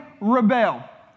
rebel